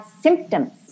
symptoms